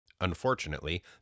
Unfortunately